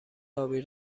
ابی